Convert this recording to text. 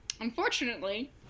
Unfortunately